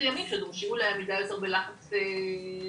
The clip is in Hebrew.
מסויימים שדורשים אולי עמידה יותר בלחץ נפשי.